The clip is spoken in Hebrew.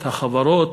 את החברות.